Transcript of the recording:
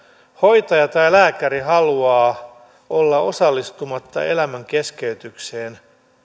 hoitaja tai lääkäri haluaa olla osallistumatta elämän keskeytykseen